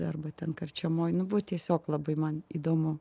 arba ten karčiamoj nu buvo tiesiog labai man įdomu